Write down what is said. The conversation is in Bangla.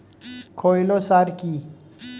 খৈল সার কি?